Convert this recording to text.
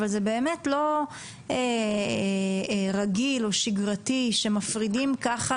אבל זה באמת לא רגיל או שגרתי שמפרידים ככה